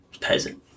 Peasant